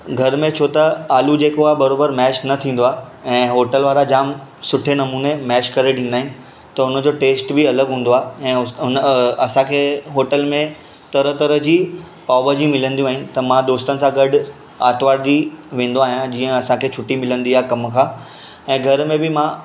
घर में छो त आलू जेको आहे बराबरि मेश न थींदो आहे ऐं होटल वारा जाम सुठे नमूने मेश करे ॾींदा आहिनि त हुनजो टेश्ट बि अलॻि हूंदो आहे ऐं हुस हुन असांखे होटल में तरह तरह जी पावभाजी मिलंदियूं आहिनि त मां दोस्तनि सां गॾु आरितवार ॾींहुं वेंदो आहियां जीअं असांखे छुटी मिलंदी आहे कमु खां ऐं घर में बि मां